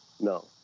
no